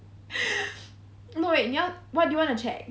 no wait what do you want to check